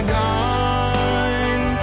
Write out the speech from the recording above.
gone